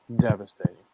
devastating